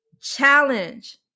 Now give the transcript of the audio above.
challenge